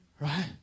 Right